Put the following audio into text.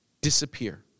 disappear